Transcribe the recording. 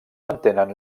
mantenen